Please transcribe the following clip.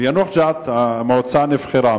ביאנוח-ג'ת המועצה נבחרה,